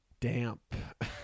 damp